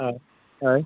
ᱦᱮᱸ ᱦᱳᱭ